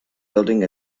building